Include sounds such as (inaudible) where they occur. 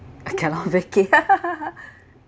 I cannot make it (laughs)